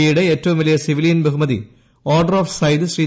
E യുടെ ഏറ്റവും വലിയ സിവിലിയൻ ബഹൂമതി ഓർഡർ ഓഫ് സായിദ് ശ്രീ